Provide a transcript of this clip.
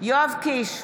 יואב קיש,